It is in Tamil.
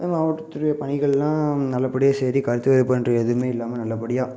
மாவட்டத்துறை பணிகள்லாம் நல்லபடியாக சரி கருத்து வேறுபாடின்றி எதுவுமே இல்லாமல் நல்லபடியாக